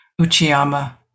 Uchiyama